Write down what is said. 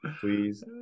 please